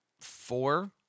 four